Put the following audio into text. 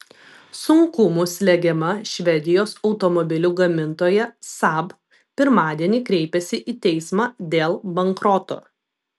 sunkumų slegiama švedijos automobilių gamintoja saab pirmadienį kreipėsi į teismą dėl bankroto